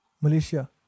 Malaysia